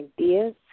ideas